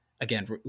again